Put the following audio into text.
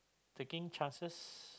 taking chances